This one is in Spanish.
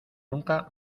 nunca